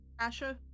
Asha